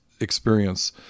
experience